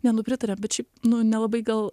ne nu pritariam bet šiaip nu nelabai gal